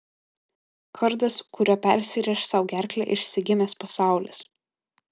kardas kuriuo persirėš sau gerklę išsigimęs pasaulis